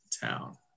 town